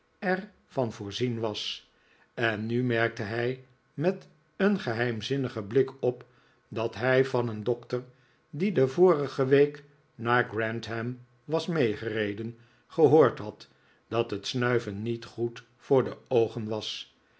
er van voorzien was en nu merkte hij met een geheimzinnigen blik op dat hij van een dbkter die de vorige week naar grantham was meegereden gehoord had dat het snuiven niet goed voor de oogen was